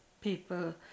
people